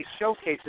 showcases